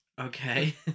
okay